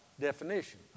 definition